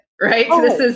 right